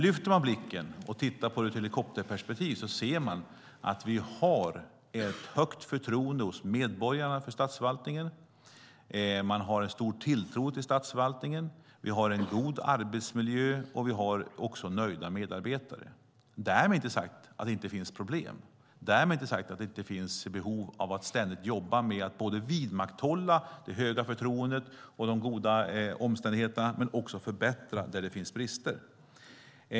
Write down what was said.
Lyfter man blicken och ser i ett helikopterperspektiv ser vi att det finns ett högt förtroende för statsförvaltningen hos medborgarna. Man har en stor tilltro till statsförvaltningen. Vi har en god arbetsmiljö och nöjda medarbetare. Därmed är inte sagt att det inte finns problem eller att det inte finns behov av att ständigt jobba med att både vidmakthålla det höga förtroendet och de goda omständigheterna och att också förbättra där det finns brister.